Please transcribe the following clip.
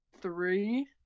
three